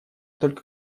только